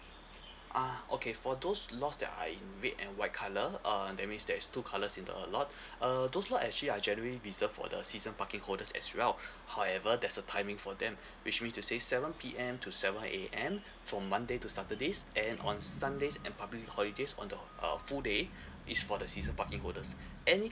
uh okay for those lots that are in red and white colour uh that means there is two colours in the lot uh those lots actually are generally reserved for the season parking holders as well however there's a timing for them which means to say seven P_M to seven A_M from monday to saturdays and on sundays and public holidays on the uh full day is for the season parking holders any